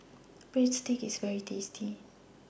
Breadsticks IS very tasty